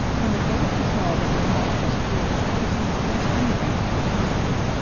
when the collector saw that the moth was free, he seemed less angry than grieved.